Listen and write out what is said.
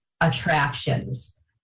attractions